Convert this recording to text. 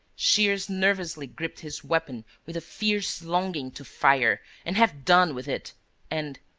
shears nervously gripped his weapon with a fierce longing to fire and have done with it and,